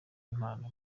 impano